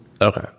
Okay